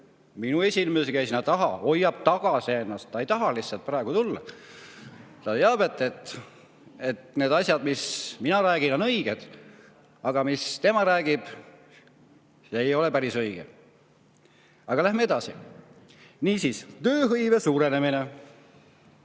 minu esinemise ajaks jäi sinna taha, hoiab tagasi ennast, ta ei taha lihtsalt praegu tulla. Ta teab, et need asjad, mis mina räägin, on õiged, aga see, mis tema räägib, ei ole päris õige. Aga läheme edasi. Niisiis, tööhõive suurenemine.